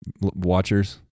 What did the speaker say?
watchers